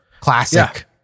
classic